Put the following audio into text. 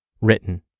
written